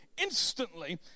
Instantly